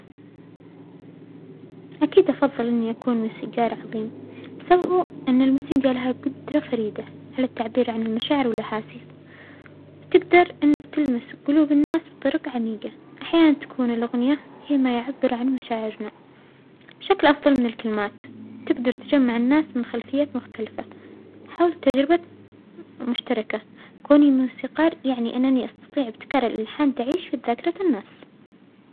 أكيد أفظل إنى أكون موسيجار عظيم، السبب هو أن الموسيجى لها جدرة فريدة على التعبير عن المشاعر والأحاسيس و تجدر أنك تلمس جلوب الناس بطرج عميجة، أحيانا تكون الأغنية هى ما يعبر عن مشاعرنا بشكل أفضل من الكلمات، تجدر تجمع الناس من خلفيات مختلفة حول تجربة مشتركة، كونى موسيقار يعنى أننى أستطيع إبتكار الألحان تعيش في ذاكرة الناس.